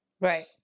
Right